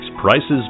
prices